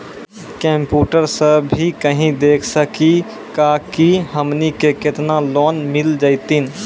Computer सा भी कही देख सकी का की हमनी के केतना लोन मिल जैतिन?